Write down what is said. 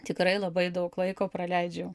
tikrai labai daug laiko praleidžiu